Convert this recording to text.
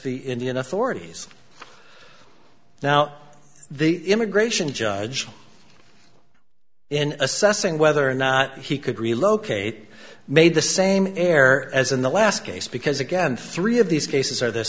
the indian authorities now the immigration judge in assessing whether or not he could relocate made the same air as in the last case because again three of these cases are the